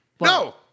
No